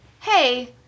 hey